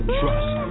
trust